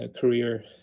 career